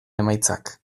emaitzak